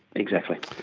exactly.